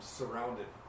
surrounded